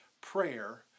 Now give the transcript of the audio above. prayer